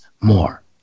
more